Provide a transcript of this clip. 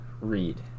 read